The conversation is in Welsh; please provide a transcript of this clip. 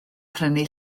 prynu